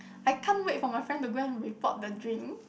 I can't wait for my friend to go and report the drink